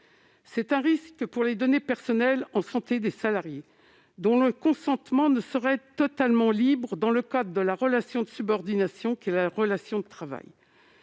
l'intégrité des données personnelles de santé des salariés, dont le consentement ne saurait être totalement libre dans le cadre de la relation de subordination qu'est la relation de travail.